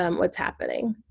um what's happening.